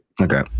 Okay